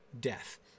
death